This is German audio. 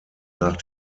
nach